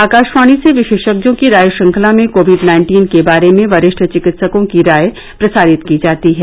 आकाशवाणी से विशेषज्ञों की राय श्रृंखला में कोविड नाइन्टीन के बारे में वरिष्ठ चिकित्सकों की राय प्रसारित की जाती है